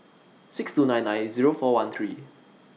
six two nine nine Zero four one three